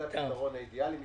זה הפתרון האידיאלי,